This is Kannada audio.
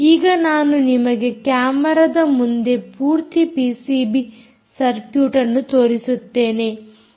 ಈಗ ನಾನು ನಿಮಗೆ ಕ್ಯಾಮೆರಾದ ಮುಂದೆ ಪೂರ್ತಿ ಪಿಸಿಬಿ ಸರ್ಕ್ಯೂಟ್ಅನ್ನು ತೋರಿಸುತ್ತೇನೆ